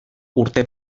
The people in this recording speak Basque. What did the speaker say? urte